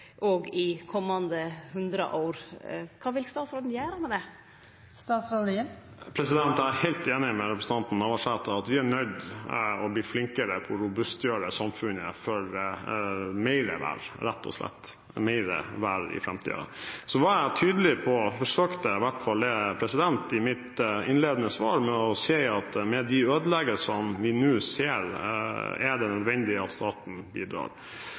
vil statsråden gjere med det? Jeg er helt enig med representanten Navarsete i at vi er nødt til å bli flinkere til å robustgjøre samfunnet for mer vær – rett og slett mer vær – i framtida. Så var jeg tydelig på – jeg forsøkte i hvert fall – i mitt innledende svar at med de ødeleggelsene vi nå ser, er det nødvendig at staten bidrar.